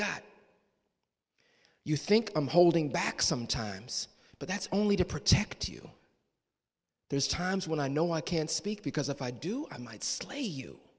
got you think i'm holding back sometimes but that's only to protect you there's times when i know i can't speak because if i do i might sl